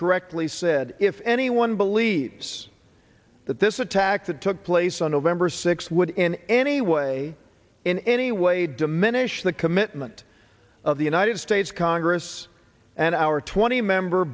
correctly said if anyone believes that this attack that took place on november sixth would in any way in any way diminish the commitment of the united states congress and our twenty member